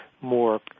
more